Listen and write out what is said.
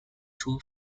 two